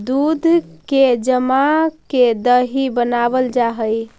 दूध के जमा के दही बनाबल जा हई